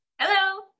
Hello